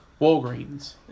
Walgreens